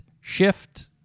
shift